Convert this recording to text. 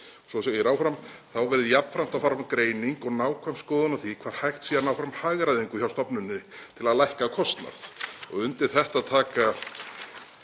Svo segir áfram: „[…] þá verði jafnframt að fara fram greining og nákvæm skoðun á því hvar hægt sé að ná fram hagræðingu hjá stofnuninni til að lækka kostnað.“ Undir þetta taka